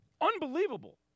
Unbelievable